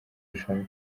rushanwa